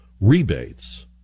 rebates